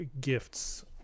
Gifts